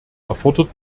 erfordert